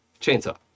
Chainsaw